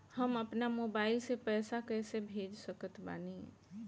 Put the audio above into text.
हम अपना मोबाइल से पैसा कैसे भेज सकत बानी?